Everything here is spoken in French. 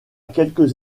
quelques